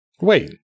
Wait